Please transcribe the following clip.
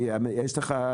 יש לכם